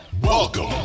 Welcome